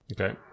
Okay